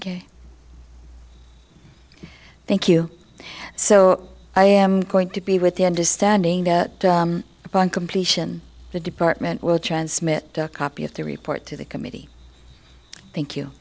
thousand thank you so i am going to be with the understanding that upon completion the department will transmit a copy of the report to the committee thank you